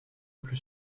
plus